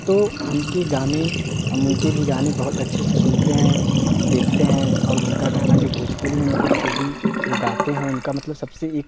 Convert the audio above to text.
तो उनके गाने हम उनके भी गाने बहुत अच्छे से सुनते हैं देखते हैं और उनका गाना जो भोजपुरी में मतलब जो भी वो गाते हैं उनका मतलब सब से एक